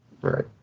Right